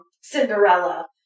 Cinderella